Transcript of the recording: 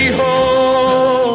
home